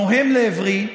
נוהם לעברי,